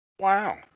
Wow